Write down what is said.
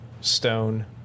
stone